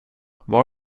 var